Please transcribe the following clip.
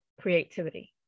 creativity